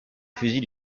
fusil